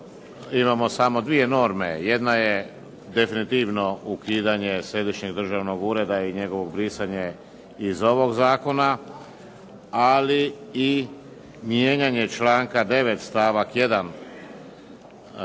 imamo samo dvije norme. Jedna je definitivno ukidanje Središnjeg državnog ureda i njegovo brisanje iz ovog zakona, ali i mijenjanje članka 9. stavak 1. tako